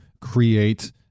create